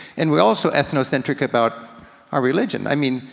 and we're also ethnocentric about our religion. i mean,